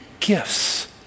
Gifts